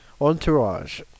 Entourage